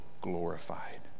glorified